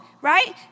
right